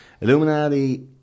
Illuminati